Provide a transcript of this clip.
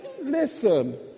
Listen